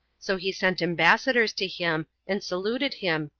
so he sent ambassadors to him, and saluted him,